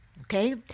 okay